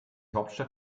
hauptstadt